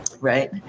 right